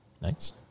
Nice